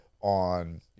on